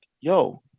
yo